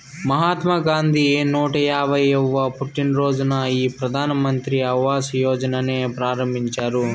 మహాత్మా గాంధీ నూట యాభైయ్యవ పుట్టినరోజున ఈ ప్రధాన్ మంత్రి ఆవాస్ యోజనని ప్రారంభించారు